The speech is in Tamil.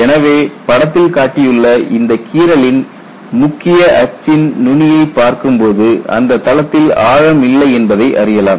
எனவே படத்தில் காட்டியுள்ள இந்தக் கீறலின் முக்கிய அச்சின் நுனியை பார்க்கும் போது அந்த தளத்தில் ஆழம் இல்லை என்பதை அறியலாம்